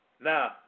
Now